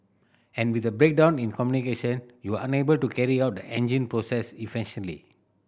and with a breakdown in communication you are unable to carry out the engine process efficiently